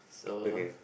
so